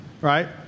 right